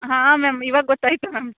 ಹಾಂ ಮ್ಯಾಮ್ ಇವಾಗ ಗೊತ್ತಾಯಿತು ಮ್ಯಾಮ್